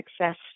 success